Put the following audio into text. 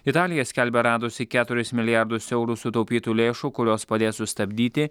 italija skelbia radusi keturis milijardus eurų sutaupytų lėšų kurios padės sustabdyti